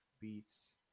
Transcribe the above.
beats